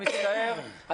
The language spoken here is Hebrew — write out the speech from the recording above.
אני מצטער,